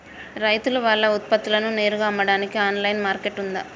రైతులు వాళ్ల ఉత్పత్తులను నేరుగా అమ్మడానికి ఆన్లైన్ మార్కెట్ ఉందా?